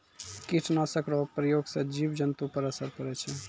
कीट नाशक रो प्रयोग से जिव जन्तु पर असर पड़ै छै